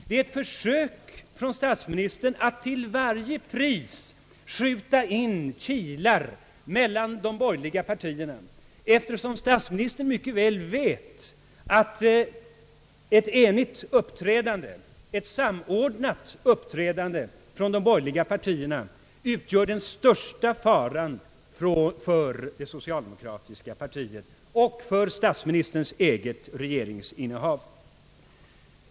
Det är ett försök av statsministern att till varje pris skjuta in kilar mellan de borgerliga partierna, eftersom statsministern mycket väl vet att ett enigt och samordnat uppträdande av de borgerliga partierna utgör den största faran för det socialdemokratiska partiet och för statsministerns eget regeringsinnehav.